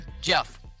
Jeff